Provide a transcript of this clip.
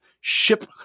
ship